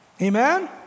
Amen